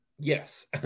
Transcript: Yes